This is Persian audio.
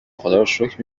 خداروشکر